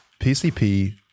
PCP